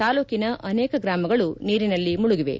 ತಾಲೂಕಿನ ಅನೇಕ ಗ್ರಾಮಗಳು ನೀರಿನಲ್ಲಿ ಮುಳುಗಿವೆ